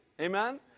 amen